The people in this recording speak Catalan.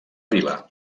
vila